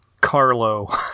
carlo